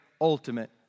ultimate